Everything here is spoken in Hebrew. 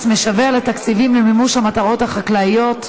משווע לתקציבים למימוש המטרות החקלאיות,